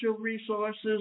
resources